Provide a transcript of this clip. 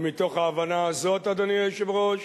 ומתוך ההבנה הזאת, אדוני היושב-ראש,